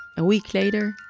a week later,